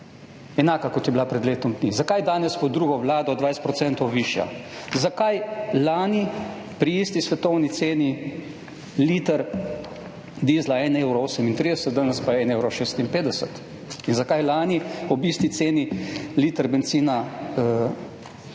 enaka, kot je bila pred letom dni? Zakaj danes pod drugo vlado 20 % višja? Zakaj lani pri isti svetovni ceni liter dizla en evro 38, danes pa en evro 56. In zakaj lani ob isti ceni liter bencina